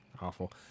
awful